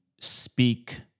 speak